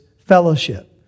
fellowship